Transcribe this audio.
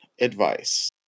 advice